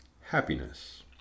happiness